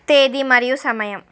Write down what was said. తేదీ మరియు సమయం